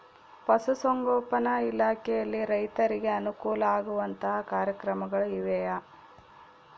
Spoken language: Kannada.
ಪಶುಸಂಗೋಪನಾ ಇಲಾಖೆಯಲ್ಲಿ ರೈತರಿಗೆ ಅನುಕೂಲ ಆಗುವಂತಹ ಕಾರ್ಯಕ್ರಮಗಳು ಇವೆಯಾ?